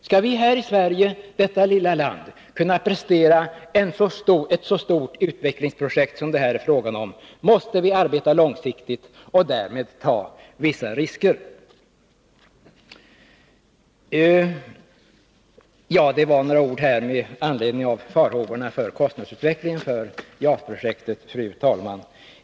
Skall vi här i Sverige, i detta lilla land, genomföra ett så stort utvecklingsprojekt som det här är fråga om, måste vi arbeta långsiktigt och därmed ta vissa risker. Detta var några ord med anledning av farhågorna för kostnadsutvecklingen för JAS-projektet, fru talman!